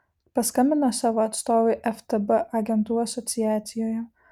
paskambino savo atstovui ftb agentų asociacijoje